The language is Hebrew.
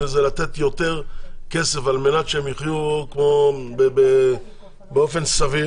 לתת יותר כסף על מנת שהם יחיו באופן סביר